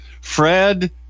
Fred